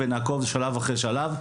ונעקוב שלב אחר שלב,